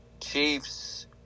Chiefs